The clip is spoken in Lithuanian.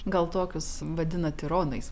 gal tokius vadina tironais